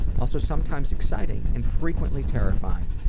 also sometimes exciting, and frequently terrifying,